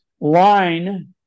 line